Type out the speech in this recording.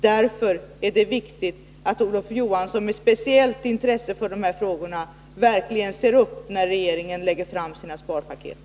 Därför är det viktigt att Olof Johansson verkligen speciellt uppmärksammar de här frågorna när regeringen lägger fram sina sparpaket.